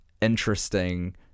Interesting